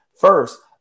First